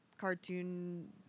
cartoon